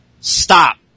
Stop